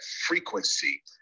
frequency